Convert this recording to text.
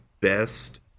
best